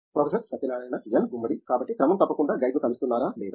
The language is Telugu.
ప్రొఫెసర్ సత్యనారాయణ ఎన్ గుమ్మడి కాబట్టి క్రమం తప్పకుండా గైడ్ను కలుస్తున్నారా లేదా